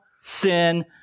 sin